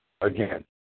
Again